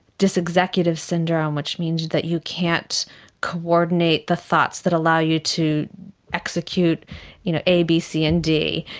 dysexecutive syndrome which means that you can't coordinate the thoughts that allow you to execute you know a, b, c and d.